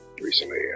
recently